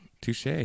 Touche